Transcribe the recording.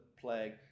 plague